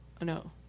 No